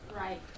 Right